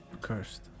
Cursed